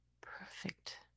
perfect